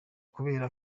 kubera